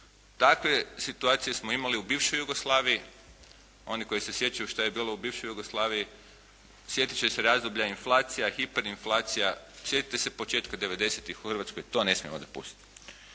Takve situacije smo imali u bivšoj Jugoslaviji. Oni koji se sjećaju što je bilo u bivšoj Jugoslaviji sjetit će se razdoblja inflacija, hiperinflacija. Sjetite se početka devedesetih u Hrvatskoj. To ne smijemo dopustiti.